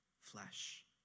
flesh